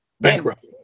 bankrupt